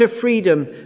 freedom